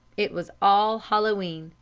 it was all hallow e'en,